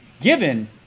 Given